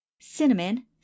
cinnamon